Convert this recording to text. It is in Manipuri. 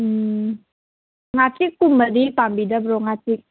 ꯎꯝ ꯉꯥꯆꯤꯛꯀꯨꯝꯕꯗꯤ ꯄꯥꯝꯕꯤꯗꯕ꯭ꯔꯣ ꯉꯥꯆꯤꯛ